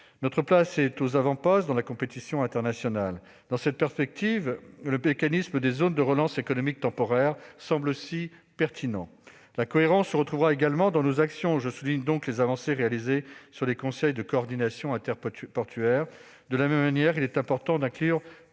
Notre place est aux avant-postes dans la compétition internationale. Dans cette perspective, le mécanisme des zones de relance économique temporaires semble aussi pertinent. La cohérence se retrouvera également dans nos actions. Je souligne donc les avancées réalisées sur les conseils de coordination interportuaire. De la même manière, il est important d'inclure